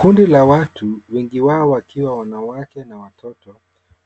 Kundi la watu, wengi wao wakiwa wanawake na watoto,